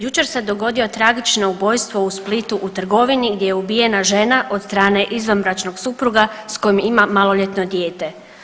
Jučer se dogodio tragično ubojstvo u Splitu u trgovini gdje je ubijena žena od strane izvanbračnog supruga s kojim ima maloljetno dijete.